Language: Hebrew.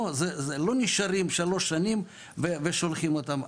לא נשארים שלוש שנים ושולחים אותם.